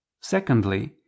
Secondly